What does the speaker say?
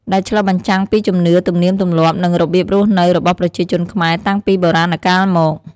ដែលឆ្លុះបញ្ចាំងពីជំនឿ ទំនៀមទម្លាប់ និងរបៀបរស់នៅរបស់ប្រជាជនខ្មែរតាំងពីបុរាណកាលមក។